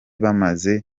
bamaze